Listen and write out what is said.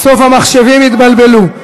בסוף המחשבים יתבלבלו.